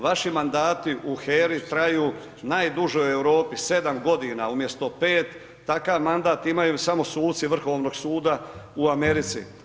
Vašim mandati u HERA-i traju najduže u Europi, 7 g. umjesto 5, takav mandat imaju samo suci Vrhovnog suda u Americi.